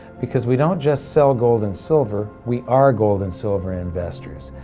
because we don't just sell gold and silver we are gold and silver investors.